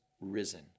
risen